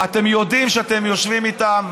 אתם יודעים שאתם יושבים איתם,